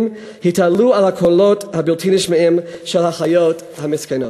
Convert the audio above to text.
התעלו על הקולות הבלתי-נשמעים של החיות המסכנות.